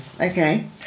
Okay